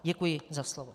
Děkuji za slovo.